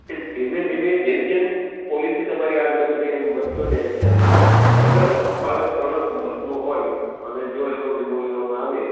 એ ધીમે ધીમે જેમ જેમ પોલિસી તમારી આગળ વધે એમ વધતો જાય છે અને અગર બાળક ત્રણેક વર્ષનો હોય અને જો એનો વીમો લેવામાં આવે